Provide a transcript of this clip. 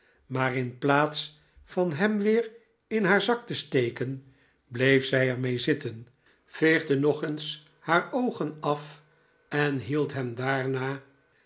maar in plaats van hem weer in haar zak te steken bleef zij er mee zitten veegde nog eens haar oogen af en hield hem daarna